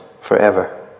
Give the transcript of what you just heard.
forever